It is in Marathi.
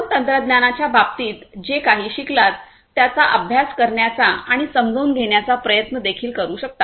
आपण तंत्रज्ञानाच्या बाबतीत जे काही शिकलात त्याचा अभ्यास करण्याचा आणि समजून घेण्याचा प्रयत्न देखील करू शकता